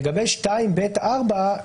לגבי תקנה 2ב(4),